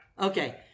Okay